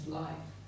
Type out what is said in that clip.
life